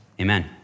amen